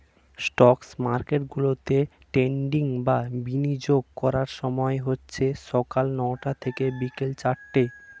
stock মার্কেটগুলোতে trading বা বিনিয়োগ করার সময় হচ্ছে সকাল নয়টা থেকে বিকেল চারটে